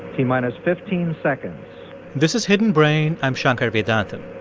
t-minus fifteen seconds this is hidden brain. i'm shankar vedantam